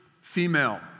female